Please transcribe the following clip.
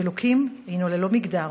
שאלוקים הוא ללא מגדר,